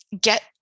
get